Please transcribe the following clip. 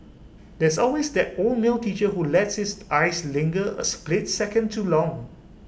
there's always that old male teacher who lets his eyes linger A split second too long